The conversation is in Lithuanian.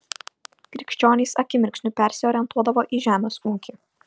krikščionys akimirksniu persiorientuodavo į žemės ūkį